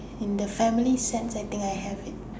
in the family sense I think I have it